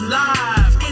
live